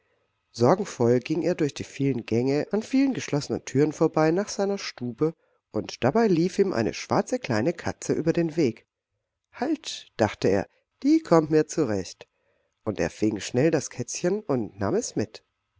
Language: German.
sorgenvoll ging er durch die vielen gänge an vielen geschlossenen türen vorbei nach seiner stube und dabei lief ihm eine schwarze kleine katze über den weg halt dachte er die kommt mir zurecht und er fing schnell das kätzchen und nahm es mit